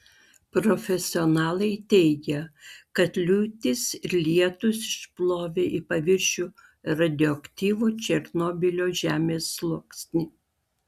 profesionalai teigia kad liūtys ir lietūs išplovė į paviršių radioaktyvų černobylio žemės sluoksnį